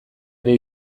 ere